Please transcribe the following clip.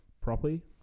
properly